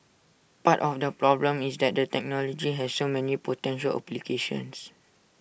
part of the problem is that the technology has so many potential applications